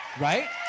Right